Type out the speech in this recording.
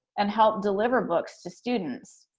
and help deliver books to students,